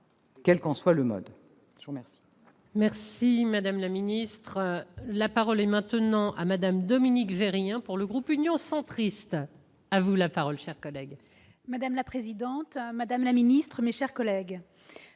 quel qu'en soit le mode.